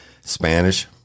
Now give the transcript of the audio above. Spanish